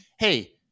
Hey